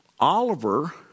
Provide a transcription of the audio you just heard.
Oliver